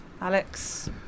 Alex